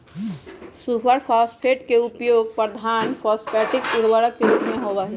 super phosphate के उपयोग प्रधान फॉस्फेटिक उर्वरक के रूप में होबा हई